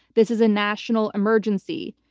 this is a national emergency.